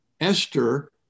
Esther